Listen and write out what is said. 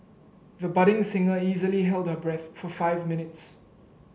the budding singer easily held her breath for five minutes